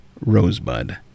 Rosebud